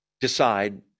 decide